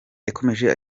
yakomeje